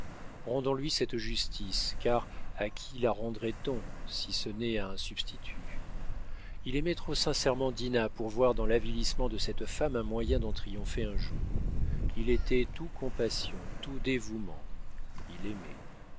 magistrat en s'en allant rendons lui cette justice car à qui la rendrait on si ce n'est à un substitut il aimait trop sincèrement dinah pour voir dans l'avilissement de cette femme un moyen d'en triompher un jour il était tout compassion tout dévouement il aimait